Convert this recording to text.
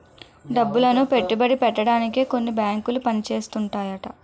డబ్బులను పెట్టుబడి పెట్టడానికే కొన్ని బేంకులు పని చేస్తుంటాయట